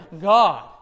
god